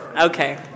Okay